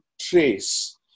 trace